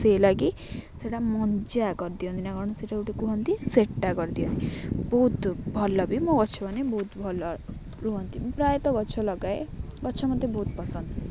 ସେ ଲାଗି ସେଟା ମଞ୍ଜା କରିଦିଅନ୍ତି ନା କାରଣ ସେଇଟା ଗୋଟେ କୁହନ୍ତି ସେଟ୍ଟା କରିଦିଅନ୍ତି ବହୁତ ଭଲ ବି ମୋ ଗଛମାନେ ବହୁତ ଭଲ ରୁହନ୍ତି ମୁଁ ପ୍ରାୟତଃ ଗଛ ଲଗାଏ ଗଛ ମୋତେ ବହୁତ ପସନ୍ଦ